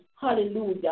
Hallelujah